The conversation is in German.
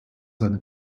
seine